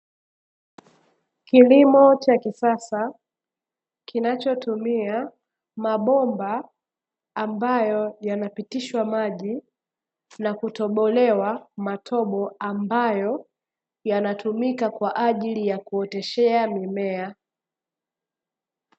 Kilimo cha kisasa, kinachotumia mabomba ambayo yanapitishwa maji na kutobolewa matobo ambayo yanatumika kwa ajili ya kuoteshea mimea.